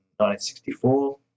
1964